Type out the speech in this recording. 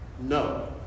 no